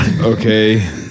okay